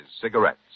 cigarettes